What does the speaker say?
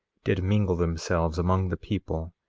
did mingle themselves among the people,